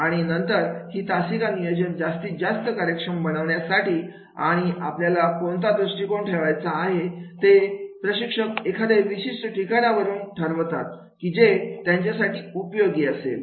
आणि नंतर ही तासिका नियोजन जास्तीत जास्त कार्यक्षम बनवण्यासाठी आणि आपल्याला कोणता दृष्टिकोन ठेवायचा आहे ते प्रशिक्षक एखाद्या विशिष्ट ठिकाणावर ठरवतात की जे त्यांच्यासाठी उपयोगी असेल